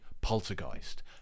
Poltergeist